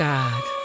God